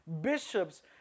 bishops